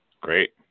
Great